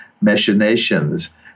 machinations